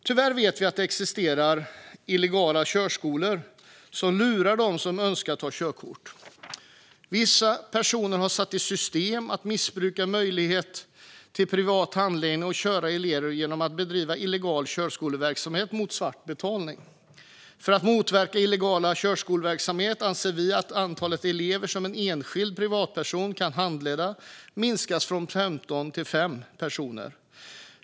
Tyvärr vet vi att det existerar illegala körskolor som lurar dem som önskar ta körkort. Vissa personer har satt i system att missbruka möjligheten till privat handledning av körelever genom att bedriva illegal körskoleverksamhet mot svart betalning. För att motverka illegal körskoleverksamhet anser vi att antalet elever som en enskild privatperson kan handleda minskas från femton till fem.